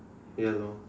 ya lor